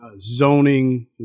zoning